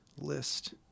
list